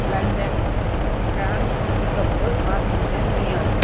London France Singapore Washington New York